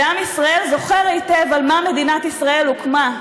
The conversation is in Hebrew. ועם ישראל זוכר היטב על מה מדינת ישראל הוקמה.